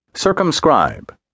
Circumscribe